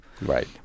Right